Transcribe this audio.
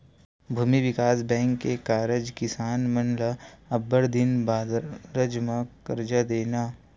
भूमि बिकास बेंक के कारज किसान मन ल अब्बड़ दिन बादर म करजा देना